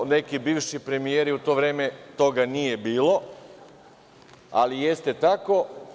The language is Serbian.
Neki bivši premijeri, u to vreme toga nije bilo, ali jeste tako.